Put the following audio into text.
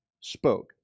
Spoke